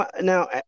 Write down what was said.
now